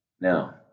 Now